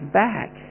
back